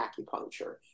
acupuncture